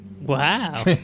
Wow